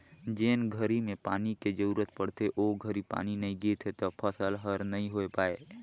जेन घरी में पानी के जरूरत पड़थे ओ घरी पानी नई गिरथे त फसल हर नई होय पाए